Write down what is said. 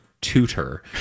tutor